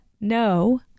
no